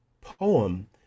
poem